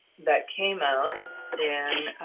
that came out in